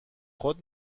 خود